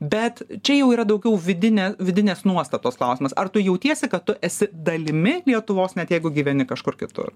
bet čia jau yra daugiau vidinė vidinės nuostatos klausimas ar tu jautiesi kad tu esi dalimi lietuvos net jeigu gyveni kažkur kitur